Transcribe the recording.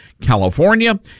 California